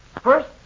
First